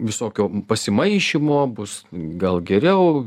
visokio pasimaišymo bus gal geriau